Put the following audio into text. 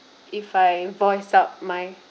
if I voice out my